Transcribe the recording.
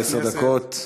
עשר דקות.